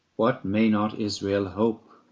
what may not israel hope,